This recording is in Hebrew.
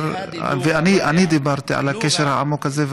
ואני דיברתי על הקשר העמוק הזה,